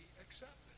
accepted